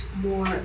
More